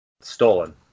Stolen